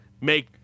Make